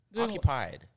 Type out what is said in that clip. Occupied